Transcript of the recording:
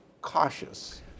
cautious